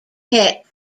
hit